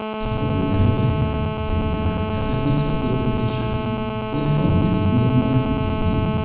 tolliver went away, i think. i've got it mixed up with the picture. he went home to meet nick martin, didn't he?